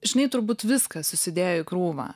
žinai turbūt viskas susidėjo į krūvą